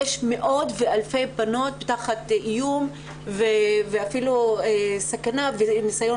יש מאות ואלפי בנות תחת איום ואפילו סכנה וניסיון